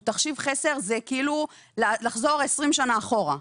הוא תחשיב חסר וזה כאילו לחזור 20 שנים אחורה,